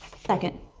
second.